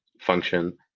function